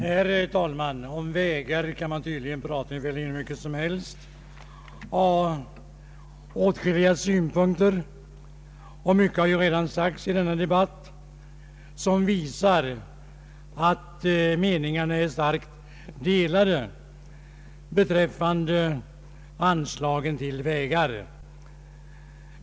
Herr talman! Om vägar kan man tydligen prata hur mycket som helst, och det har åtskilliga gjort. Mycket har ju redan sagts i denna debatt som visar att meningarna är delade beträffande anslagen till vägar.